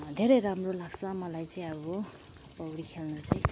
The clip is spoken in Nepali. धेरै राम्रो लाग्छ मलाई चाहिँ अब पौडी खेल्नु चाहिँ